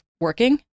working